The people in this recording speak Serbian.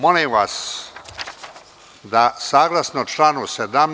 Molim vas da saglasno članu 17.